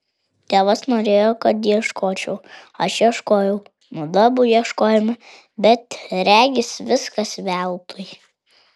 tėvas norėjo kad ieškočiau aš ieškojau mudu abu ieškojome bet regis viskas veltui